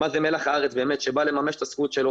תראה מה זה מלח הארץ שבא לממש את הזכות שלו.